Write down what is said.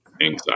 anxiety